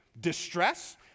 Distress